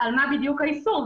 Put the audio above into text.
על מה בדיוק האיסור,